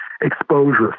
exposure